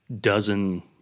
dozen